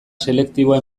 selektiboa